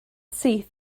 syth